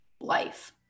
life